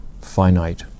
finite